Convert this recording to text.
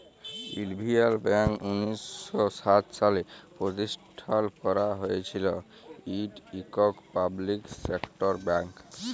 ইলডিয়াল ব্যাংক উনিশ শ সাত সালে পরতিষ্ঠাল ক্যারা হঁইয়েছিল, ইট ইকট পাবলিক সেক্টর ব্যাংক